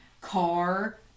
car